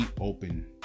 open